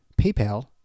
PayPal